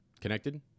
connected